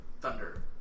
Thunder